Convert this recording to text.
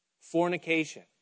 Fornication